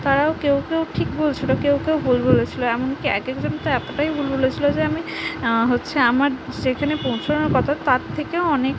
তারাও কেউ কেউ ঠিক বলছিলো কেউ কেউ ভুল বলেছিলো এমনকি এক একজন তো এতটাই ভুল বলেছিলো যে আমি হচ্ছে আমার যেখানে পৌঁছানোর কথা তার থেকেও অনেক